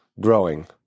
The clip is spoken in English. growing